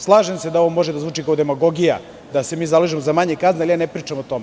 Slažem se da ovo može da zvuči kao demagogija, da se mi zalažemo za manje kazne, ali ne pričam o tome.